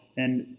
and,